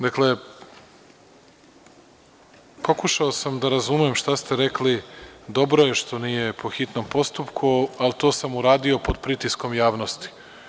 Dakle, pokušao sam da razumem šta ste rekli, dobro je što nije po hitnom postupku ali to sam uradio pod pritiskom javnosti.